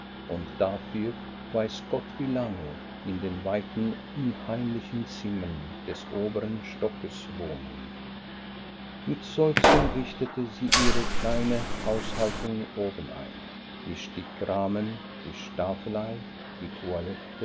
und dafür weiß gott wie lange in den weiten unheimlichen zimmern des oberen stockes wohnen mit seufzen richtete sie ihre kleine haushaltung oben ein der stickrahmen die staffelei die toilette